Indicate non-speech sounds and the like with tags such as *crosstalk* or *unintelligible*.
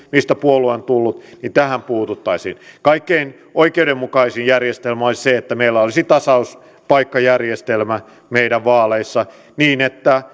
mistä puolue on tullut ja tähän puututtaisiin kaikkein oikeudenmukaisin järjestelmä olisi se että meillä olisi tasauspaikkajärjestelmä meidän vaaleissa niin että *unintelligible*